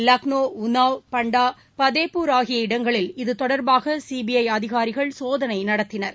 லக்னோ உனாவ் பண்டா பதேப்பூர் ஆகிய இடங்களில் இது தொடர்பாக சிபிஐ அதிகாரிகள் சோதனை நடத்தினர்